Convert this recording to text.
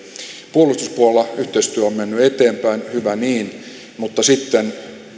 puolustuspuolella yhteistyö on mennyt eteenpäin hyvä niin mutta sitten